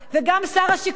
וגם שר השיכון,